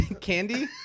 candy